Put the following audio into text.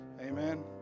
Amen